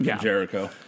Jericho